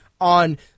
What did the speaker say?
on